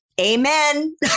Amen